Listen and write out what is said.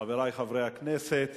חברי חברי הכנסת,